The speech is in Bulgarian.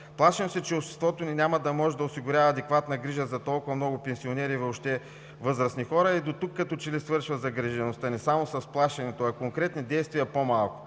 Плашим се, че обществото ни няма да може да осигурява адекватна грижа за толкова много пенсионери и въобще възрастни хора. И дотук като че ли свършва загрижеността ни – само с плашенето, а конкретни действия – по-малко.